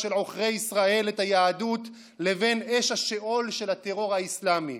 של עוכרי ישראל את היהדות לבין אש השאול של הטרור האסלאמי,